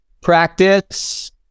Practice